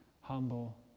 humble